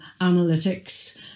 analytics